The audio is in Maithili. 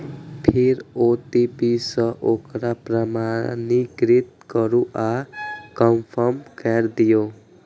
फेर ओ.टी.पी सं ओकरा प्रमाणीकृत करू आ कंफर्म कैर दियौ